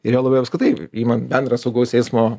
ir juo labiau apskritai imant bendrą saugaus eismo